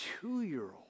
Two-year-old